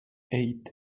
eight